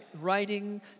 writing